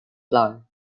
flour